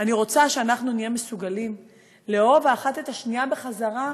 אני רוצה שאנחנו נהיה מסוגלים לאהוב האחת את השנייה בחזרה,